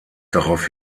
darauf